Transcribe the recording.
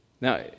Now